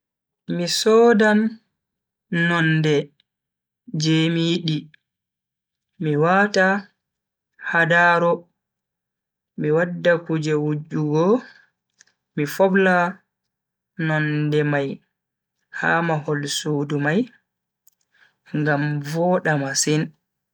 Mi sodan nonde je mi yidi, mi wata ha daro mi wadda kuje wujugo mi fobla nonde mai ha mahol sudu mai ngam voda masin.